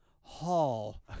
hall